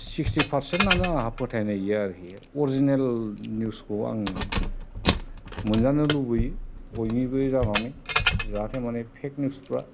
sixty पारसेन्टानो आंहा फोथायनाय गैया आरोखि अरजिनेल निउस खौ आं मोनजानो लुबैयो बयनिबो जानानै जाहाथे माने फेक निउस फ्रा